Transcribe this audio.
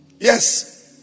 Yes